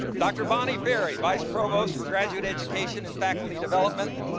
dr. bonnie ferri, vice provost for graduate education and faculty development.